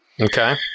Okay